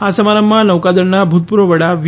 આ સમારંભમાં નૌકા દળના ભૂતપૂર્વ વડા વી